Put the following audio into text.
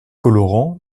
colorants